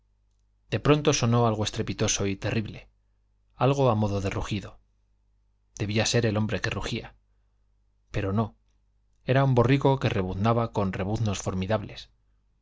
de pronto sonó algo estrepitoso y terrible algo á modo de rugido debía de ser el hombre que rugía pero o era un borrico que rebuznaba con rebuz nos formidables